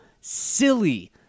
silly